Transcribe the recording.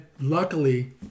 luckily